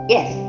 Yes